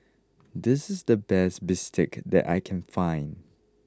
this is the best Bistake that I can find